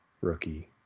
rookie